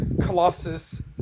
Colossus